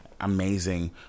amazing